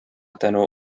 tänu